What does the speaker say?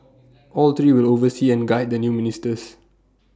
all three will oversee and guide the new ministers